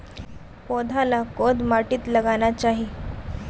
पौधा लाक कोद माटित लगाना चही?